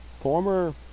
former